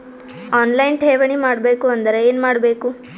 On line ಠೇವಣಿ ಮಾಡಬೇಕು ಅಂದರ ಏನ ಮಾಡಬೇಕು?